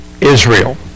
Israel